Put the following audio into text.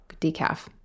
decaf